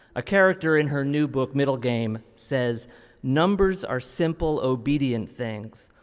a character in her new book middle game says numbers are simple obedient things,